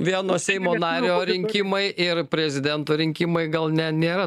vieno seimo nario rinkimai ir prezidento rinkimai gal ne nėra